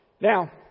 Now